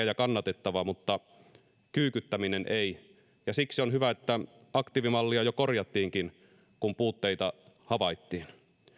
ja kannatettavaa mutta kyykyttäminen ei ja siksi on hyvä että aktiivimallia jo jo korjattiinkin kun puutteita havaittiin